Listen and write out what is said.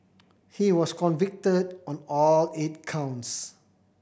he was convicted on all eight counts